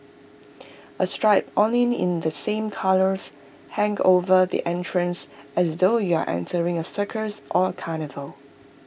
A striped awning in the same colours hang over the entrance as though you are entering A circus or carnival